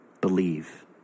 believe